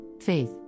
faith